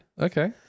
okay